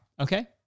okay